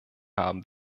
haben